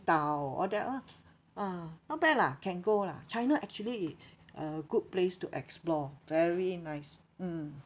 qingdao all that lah ah not bad lah can go lah china actually i~ uh good place to explore very nice mm